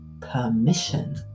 permission